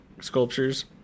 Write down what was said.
sculptures